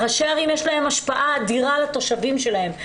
לראשי עיריות יש השפעה אדירה על התושבים שלהם.